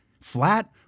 flat